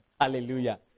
Hallelujah